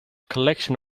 collection